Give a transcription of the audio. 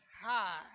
high